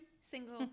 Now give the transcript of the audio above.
single